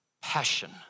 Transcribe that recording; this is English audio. passion